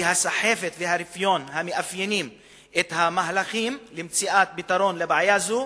כי הסחבת והרפיון המאפיינים את המהלכים למציאת פתרון לבעיה זו